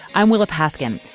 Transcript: i'm willa paskin.